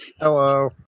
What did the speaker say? Hello